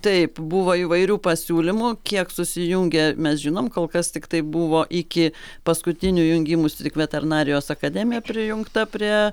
taip buvo įvairių pasiūlymų kiek susijungę mes žinom kol kas tiktai buvo iki paskutinių jungimųsi tik veterinarijos akademija prijungta prie